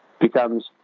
becomes